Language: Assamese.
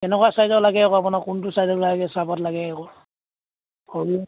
কেনেকুৱা চাইজৰ লাগে আকৌ আপোনাৰ কোনটো চাইজৰ লাগে চাহাপাত লাগে আকৌ সৰু